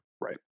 Right